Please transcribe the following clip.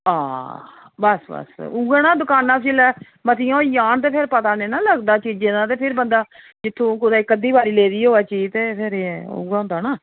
हा बस बस उ'ऐ न दुकाना जिल्लै मतियां होई जान ते पता नी न लगदा चीजें दा ते फिर बंदा जित्थुं कुतुं इक अद्धी बारी लेदी होवै चीज ते फिर उ'ऐ होंदा ना